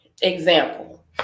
Example